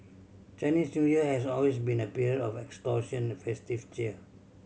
Chinese New Year has always been a period of extortion a festive cheer